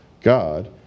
God